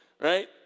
right